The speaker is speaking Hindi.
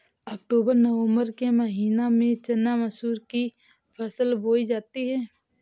अक्टूबर नवम्बर के महीना में चना मसूर की फसल बोई जाती है?